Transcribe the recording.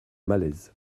malaise